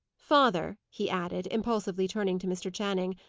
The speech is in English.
father, he added, impulsively turning to mr. channing,